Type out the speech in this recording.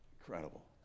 Incredible